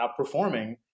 outperforming